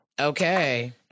okay